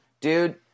dude